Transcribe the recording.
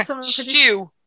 Stew